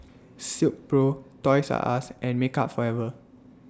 Silkpro Toys R US and Makeup Forever